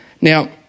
Now